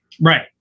Right